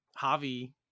javi